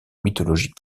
mythologique